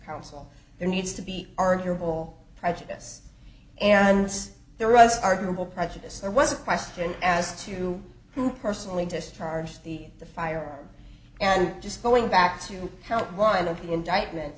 counsel there needs to be arguable prejudice and there was arguable prejudice there was a question as to who personally discharged the the fire and just going back to help one of the indictment